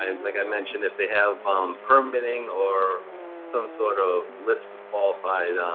um like i mentioned, if they have um permitting or some sort of list of qualified